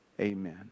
Amen